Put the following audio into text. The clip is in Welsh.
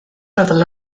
rhyfel